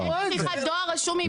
אמרתי דואר רשום עם אישור מסירה.